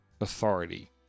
authority